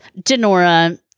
Denora